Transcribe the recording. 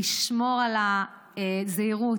לשמור על הזהירות,